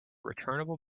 returnable